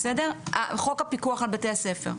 חוק הפיקוח על בתי הספר.